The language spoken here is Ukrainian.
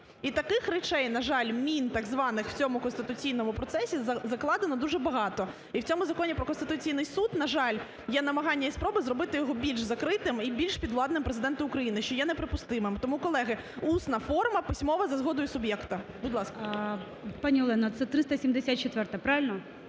І таких речей, на жаль, мін так званих в цьому конституційному процесі закладено дуже багато. І в цьому Законі про Конституційний Суд, на жаль, є намагання і спроби зробити його більш закритим і більш підвладним Президенту України, що є неприпустимим. Тому, колеги, усна форма, письмова за згодою суб'єкту. Будь ласка. ГОЛОВУЮЧИЙ. Пані Олено, це 374-а, правильно?